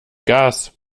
gas